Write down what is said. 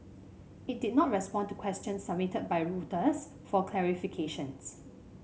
it did not respond to questions submitted by Reuters for clarification